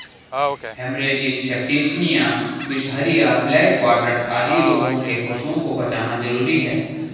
haemorrhagic septicaemia, बिसहरिया, black quarters आदि रोगों से पशुओं को बचाना जरूरी है